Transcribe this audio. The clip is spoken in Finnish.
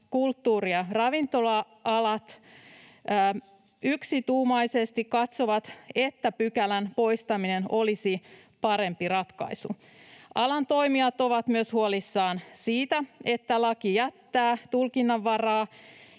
kulttuuri- ja ravintola-ala, yksituumaisesti katsovat, että pykälän poistaminen olisi parempi ratkaisu. Alan toimijat ovat myös huolissaan siitä, että laki jättää tulkinnanvaraa,